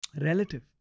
relative